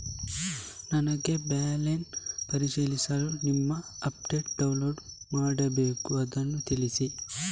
ನನಗೆ ಬ್ಯಾಲೆನ್ಸ್ ಪರಿಶೀಲಿಸಲು ನಿಮ್ಮ ಆ್ಯಪ್ ಡೌನ್ಲೋಡ್ ಮಾಡಬೇಕು ಅದನ್ನು ತಿಳಿಸಿ?